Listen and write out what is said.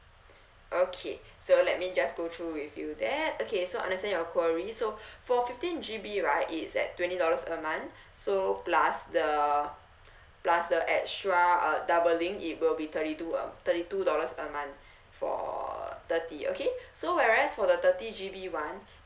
okay so let me just go through with you that okay so understand your query so for fifteen G_B right it's at twenty dollars a month so plus the plus the extra uh doubling it will be thirty two a thirty two dollars a month for thirty okay so whereas for the thirty G_B one